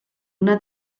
una